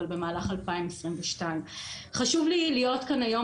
אבל במהלך 2022. חשוב לי להיות כאן היום,